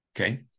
Okay